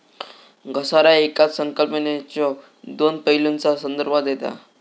घसारा येकाच संकल्पनेच्यो दोन पैलूंचा संदर्भ देता